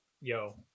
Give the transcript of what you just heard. yo